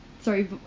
sorry